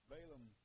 Balaam